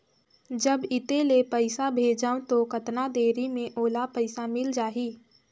जब इत्ते ले पइसा भेजवं तो कतना देरी मे ओला पइसा मिल जाही?